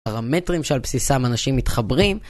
פרמטרים שעל בסיסם אנשים מתחברים